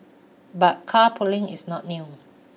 but carpooling is not new